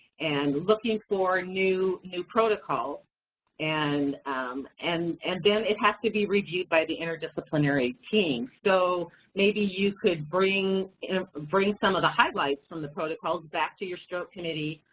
and looking for new new protocols, and um and and then it has to be reviewed by the interdisciplinary team. so maybe you could bring and bring some of the highlights from the protocols back to your stroke committee,